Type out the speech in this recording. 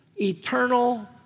eternal